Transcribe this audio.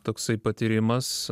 toksai patyrimas